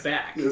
Back